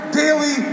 daily